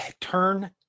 turn